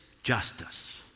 Justice